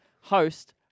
host